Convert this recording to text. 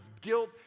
guilt